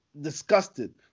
disgusted